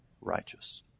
righteous